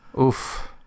Oof